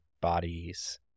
bodies